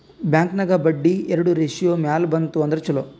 bank ನಾಗ್ ಬಡ್ಡಿ ಎರಡು ratio ಮ್ಯಾಲ ಬಂತ್ ಅಂದುರ್ ಛಲೋ